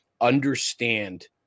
understand